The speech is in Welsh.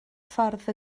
ffordd